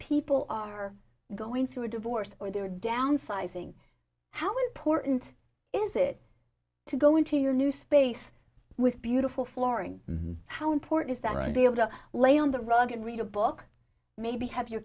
people are going through a divorce or they're downsizing how important is it to go into your new space with beautiful flooring how important is that right be able to lay on the rug and read a book maybe have your